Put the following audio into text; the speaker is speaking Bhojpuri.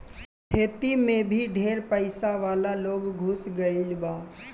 खेती मे भी ढेर पइसा वाला लोग घुस गईल बा